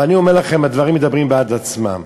ואני אומר לכם, הדברים מדברים בעד עצמם.